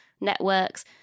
networks